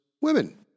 women